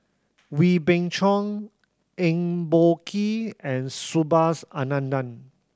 Wee Beng Chong Eng Boh Kee and Subhas Anandan